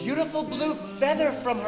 beautiful blue feather from